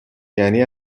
یعنی